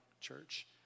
church